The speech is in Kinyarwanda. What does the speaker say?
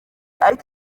ariko